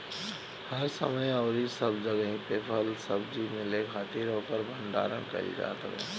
हर समय अउरी सब जगही पे फल सब्जी मिले खातिर ओकर भण्डारण कईल जात हवे